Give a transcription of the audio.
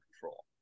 control